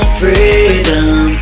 freedom